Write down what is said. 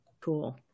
cool